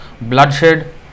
bloodshed